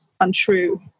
untrue